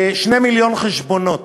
כ-2 מיליון חשבונות